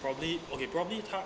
probably okay probably 他